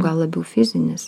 gal labiau fizinis